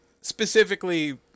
specifically